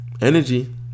Energy